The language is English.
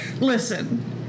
Listen